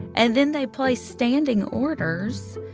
and then they placed standing orders.